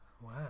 Wow